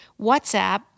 whatsapp